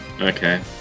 Okay